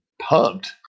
pumped